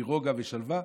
מרוגע ושלווה,